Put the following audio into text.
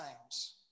times